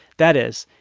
that is,